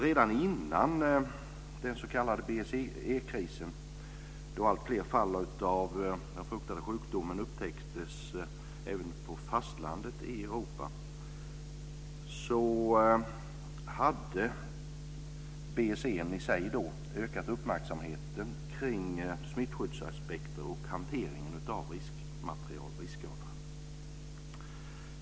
Redan före den s.k. BSE-krisen, då alltfler fall av den fruktade sjukdomen upptäcktes även på fastlandet i Europa, hade BSE i sig ökat uppmärksamheten på smittskyddsaspekter på och hantering av riskmaterial och riskavfall.